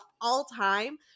all-time